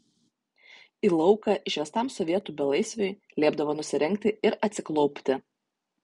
į lauką išvestam sovietų belaisviui liepdavo nusirengti ir atsiklaupti